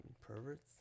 Perverts